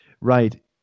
right